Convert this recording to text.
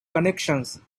connections